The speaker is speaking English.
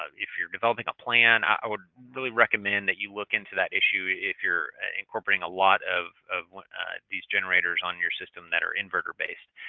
if you're developing a plan, i would really recommend that you look into that issue if you're incorporating a lot of of these generators on your system that are inverter-based.